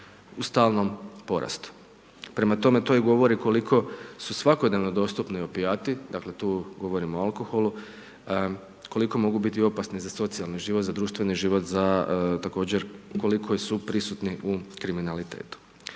u stalnom porastu. Prema tome to i govorili koliko su svakodnevno dostupni opijati, dakle tu govorimo o alkoholu, koliko mogu biti opasni za socijalni život, za društveni život, za, također koliko su prisutni u kriminalitetu.